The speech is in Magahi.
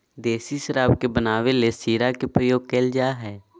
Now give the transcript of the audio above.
देसी शराब के बनावे ले शीरा के प्रयोग कइल जा हइ